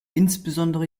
insbesondere